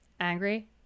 Angry